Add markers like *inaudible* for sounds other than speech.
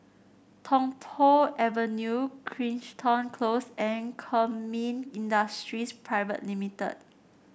Tung Po Avenue Crichton Close and Kemin Industries *unintelligible*